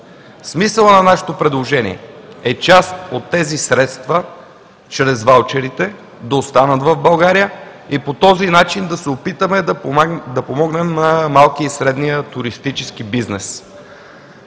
Смисълът на нашето предложение е част от тези средства, чрез ваучерите, да останат в България и по този начин да се опитаме да помогнем на малкия и средния туристически бизнес.